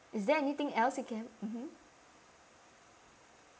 is there anything else you can mmhmm